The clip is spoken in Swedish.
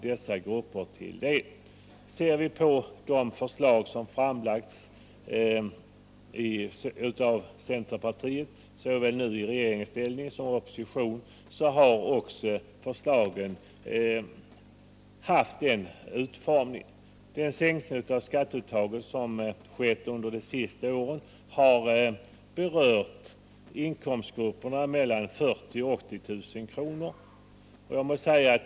De förslag som framlagts av centerpartiet såväl nu i regeringsställning som tidigare i oppositionsställning har haft just den utformningen. Den sänkning av skatteuttaget som skett under de senaste åren har berört de grupper som har en inkomst mellan 40 000 kr. och 80 000 kr.